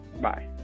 bye